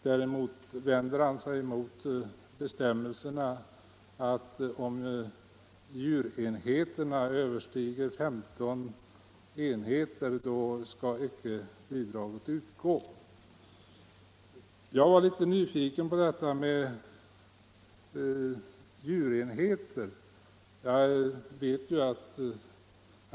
Däremot vänder han sig mot bestämmelsen att om djurantalet överstiger 15 djurenheter skall bidrag inte utgå. Jag var litet nyfiken på detta med djurenheter.